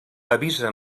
avisa